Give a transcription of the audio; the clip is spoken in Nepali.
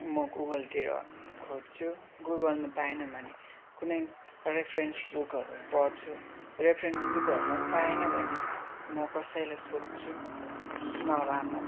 म गुगलतिर खोज्छु गुगलमा पाएन भने कुनै रेफरेन्स बुकहरू पढ्छु रेफरेन्स बुकहरूमा पनि पाएन भने म कसैलाई सोध्छु नभए म